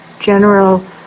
general